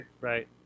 Right